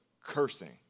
cursing